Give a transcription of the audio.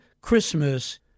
Christmas